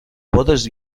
bodes